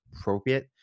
appropriate